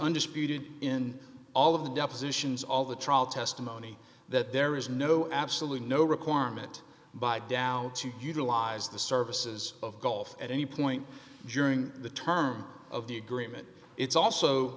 undisputed in all of the depositions all the trial testimony that there is no absolutely no requirement by dow to utilize the services of golf at any point during the term of the agreement it's also